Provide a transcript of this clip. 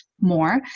more